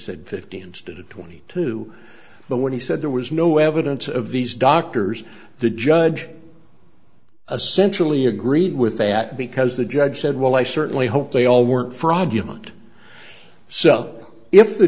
said fifty instead of twenty two but when he said there was no evidence of these doctors the judge a centrally agreed with that because the judge said well i certainly hope they all work for argument so if the